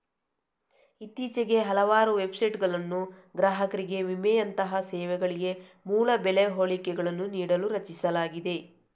ಇತ್ತೀಚೆಗೆ ಹಲವಾರು ವೆಬ್ಸೈಟುಗಳನ್ನು ಗ್ರಾಹಕರಿಗೆ ವಿಮೆಯಂತಹ ಸೇವೆಗಳಿಗೆ ಮೂಲ ಬೆಲೆ ಹೋಲಿಕೆಗಳನ್ನು ನೀಡಲು ರಚಿಸಲಾಗಿದೆ